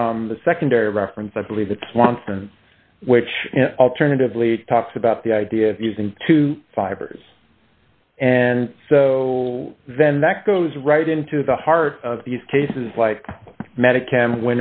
from the secondary reference i believe it's one thing which alternatively talks about the idea d of using two fibers and so then that goes right into the heart of these cases like medicare and